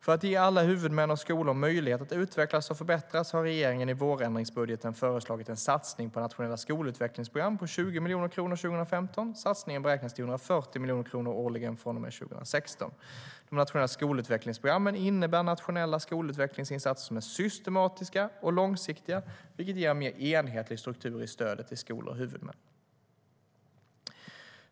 För att ge alla huvudmän och skolor möjlighet att utvecklas och förbättras har regeringen i vårändringsbudgeten föreslagit en satsning på nationella skolutvecklingsprogram på 20 miljoner kronor 2015. Satsningen beräknas till 140 miljoner kronor årligen från och med 2016. De nationella skolutvecklingsprogrammen innebär nationella skolutvecklingsinsatser som är systematiska och långsiktiga, vilket ger en mer enhetlig struktur i stödet till skolor och huvudmän.